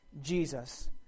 Jesus